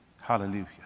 Hallelujah